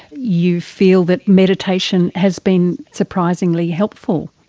you feel that meditation has been surprisingly helpful.